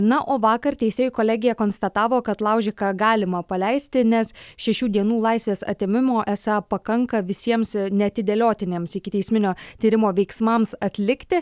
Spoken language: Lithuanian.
na o vakar teisėjų kolegija konstatavo kad laužiką galima paleisti nes šešių dienų laisvės atėmimo esą pakanka visiems neatidėliotiniems ikiteisminio tyrimo veiksmams atlikti